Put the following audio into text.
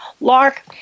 Lark